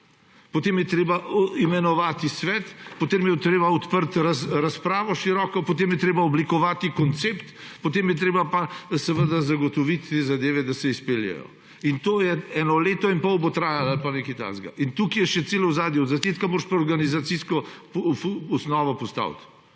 potem je treba imenovati svet, potem je treba odpreti široko razpravo, potem je treba oblikovati koncept, potem je treba pa seveda zagotoviti zadeve, da se izpeljejo. In eno leto in pol bo trajalo ali pa nekaj takega; in tukaj je še celo ozadje, na začetku moraš pa organizacijsko osnovo postaviti.